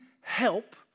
help